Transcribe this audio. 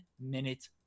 minute